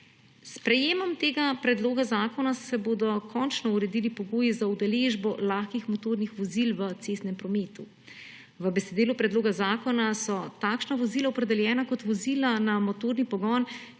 S sprejetjem tega predloga zakona se bodo končno uredili pogoji za udeležbo lahkih motornih vozil v cestnem prometu. V besedilu predloga zakona so takšna vozila opredeljena kot vozila na motorni pogon,